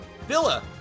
Villa